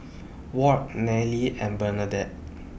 Ward Nelly and Bernadette